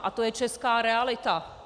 A to je česká realita.